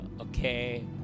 okay